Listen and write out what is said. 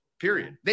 Period